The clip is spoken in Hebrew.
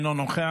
אינו נוכח.